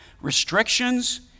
restrictions